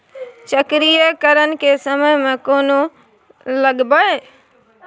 चक्रीकरन के समय में कोन लगबै?